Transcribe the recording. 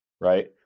right